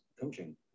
coaching